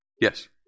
Yes